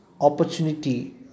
opportunity